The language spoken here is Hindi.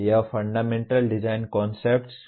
यह फंडामेंटल डिज़ाइन कन्सेप्ट्स है